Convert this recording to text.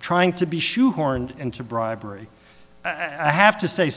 trying to be shoehorned into bribery i have to say